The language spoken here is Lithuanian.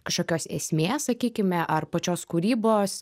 kažkokios esmės sakykime ar pačios kūrybos